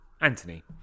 Anthony